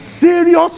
serious